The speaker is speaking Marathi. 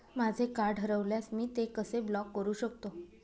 माझे कार्ड हरवल्यास मी ते कसे ब्लॉक करु शकतो?